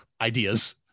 ideas